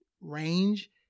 range